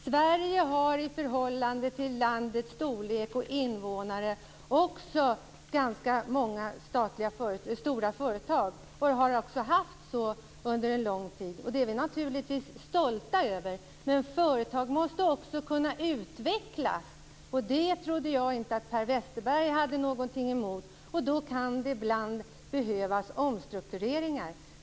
Sverige har i förhållande till landets storlek och invånarantal ganska många stora företag och har haft så under en lång tid. Det är vi naturligtvis stolta över. Men företag måste också kunna utvecklas. Det trodde jag inte att Per Westerberg hade någonting emot. Då kan det ibland behövas omstruktureringar.